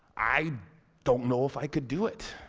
i don't know if i could do it.